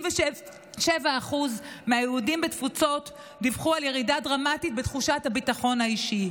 כ-87% מהיהודים בתפוצות דיווחו על ירידה דרמטית בתחושת הביטחון האישי.